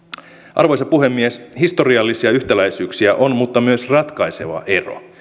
arvoisa puhemies historiallisia yhtäläisyyksiä on mutta myös ratkaiseva ero